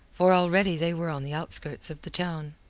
for already they were on the outskirts of the town.